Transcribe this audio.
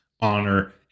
honor